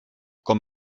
com